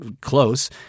close